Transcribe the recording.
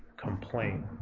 complain